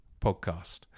podcast